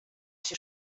się